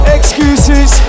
Excuses